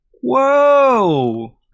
Whoa